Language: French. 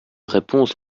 réponse